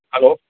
hello